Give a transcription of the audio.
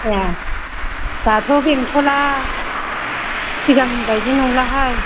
ए दाथ' बेंटलआ सिगांनि बायदि नंलाहाय